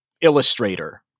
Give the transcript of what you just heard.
illustrator